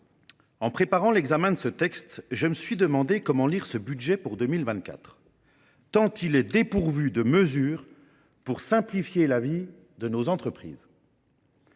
en préparant l’examen de ce texte, je me suis demandé comment lire ce projet de budget pour 2024 tant il est dépourvu de mesures visant à simplifier la vie de nos entrepreneurs.